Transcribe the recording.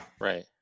right